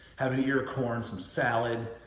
have an ear of corn, some salad,